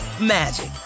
magic